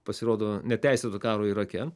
pasirodo neteisėto karo irake